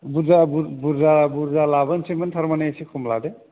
बुरजा बुरजा बुरजा लाबोनैसैमोन थारमाने एसे खम लादो